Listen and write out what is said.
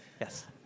Yes